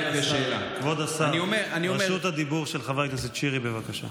כבוד השר, רשות הדיבור של חבר הכנסת שירי, בבקשה.